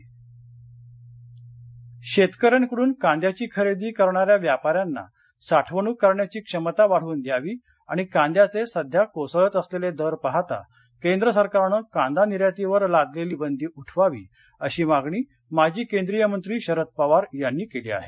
नाशिक शेतकऱ्यांकडून कांद्याची खरेदी करणाऱ्या व्यापाऱ्यांना साठवणूक करण्याची क्षमता वाढवून द्यावी आणि कांद्याचे सध्या कोसळत असलेले दर पाहता केंद्र सरकारनं कांदा निर्यातीवर लादलेली बंदी उठवावी अशी मागणी माजी केंद्रीय मंत्री शरद पवार यांनी केली आहे